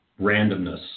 randomness